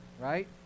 right